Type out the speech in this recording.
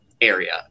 area